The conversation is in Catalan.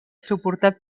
suportat